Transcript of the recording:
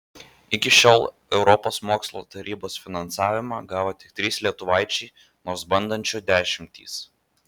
iki šiol europos mokslo tarybos finansavimą gavo tik trys lietuvaičiai nors bandančių dešimtys